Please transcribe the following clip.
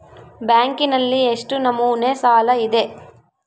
ಬ್ಯಾಂಕಿನಲ್ಲಿ ಎಷ್ಟು ನಮೂನೆ ಸಾಲ ಇದೆ?